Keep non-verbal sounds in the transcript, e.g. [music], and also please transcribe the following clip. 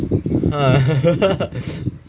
[laughs]